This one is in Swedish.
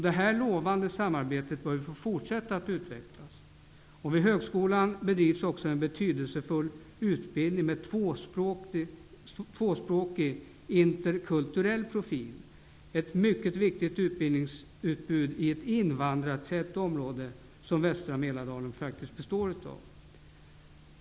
Detta lovande samarbete bör fortsätta att utvecklas. Vid högskolan bedrivs också en betydelsefull utbildning med tvåspråkig/interkulturell profil. Det är en mycket viktig utbildning i ett så invandrartätt område som västra Mälardalen faktiskt är.